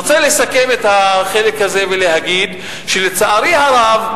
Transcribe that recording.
אני רוצה לסכם את החלק הזה ולהגיד שלצערי הרב,